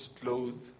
clothes